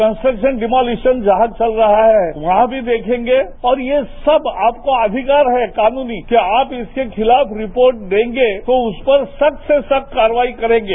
construction demolition जहां चल रहा है वहां भी देखेंगे और ये सब आपका अविकार है कानूनी कि आप इसके खिलाफ रिपोर्ट देंगे तो उस पर सख्त से सख्त कार्रवाई करेंगे